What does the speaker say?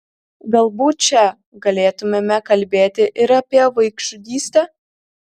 galbūt čia galėtumėme kalbėti ir apie vaikžudystę